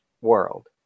world